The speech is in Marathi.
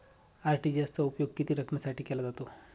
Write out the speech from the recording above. आर.टी.जी.एस चा उपयोग किती रकमेसाठी केला जातो?